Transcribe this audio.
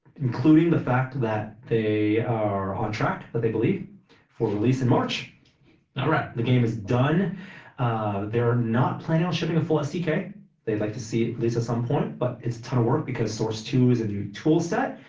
including the fact that they are on tract that they believe for release in march not right the game is done they're not planning on shipping a full sdk they'd like to see it released at some point but it's a ton of work because source two is a new tool set